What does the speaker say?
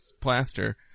plaster